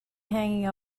hanging